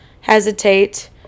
hesitate